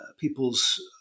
people's